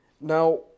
Now